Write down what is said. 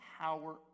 power